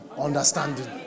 Understanding